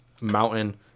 mountain